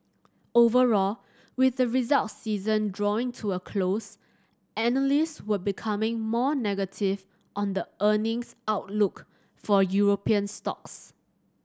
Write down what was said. overall with the result season drawing to a close analyst were becoming more negative on the earnings outlook for European stocks